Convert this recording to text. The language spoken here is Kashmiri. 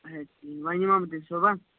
اچھا ٹھیٖک وۄنۍ یِمہ بہٕ تیٚلہِ صُبحَن